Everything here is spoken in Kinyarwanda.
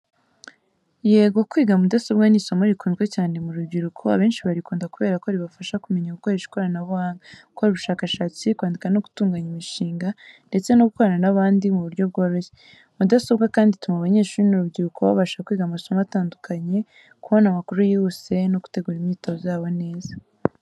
Yego, kwiga mudasobwa ni isomo rikunzwe cyane mu rubyiruko. Abenshi barikunda kubera ko ribafasha kumenya gukoresha ikoranabuhanga, gukora ubushakashatsi, kwandika no gutunganya imishinga, ndetse no gukorana n’abandi mu buryo bworoshye. Mudasobwa kandi ituma abanyeshuri n’urubyiruko babasha kwiga amasomo atandukanye, kubona amakuru yihuse, no gutegura imyitozo yabo neza.